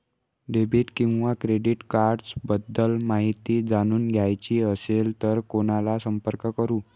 Debit किंवा credit cards बद्दल माहिती जाणून घ्यायची असेल तर कोणाला संपर्क करु?